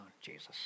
Jesus